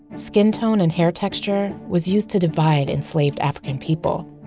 skin tone and hair texture was used to divide enslaved african people.